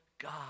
God